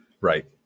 Right